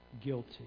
Guilty